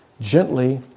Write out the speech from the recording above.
Gently